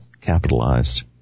capitalized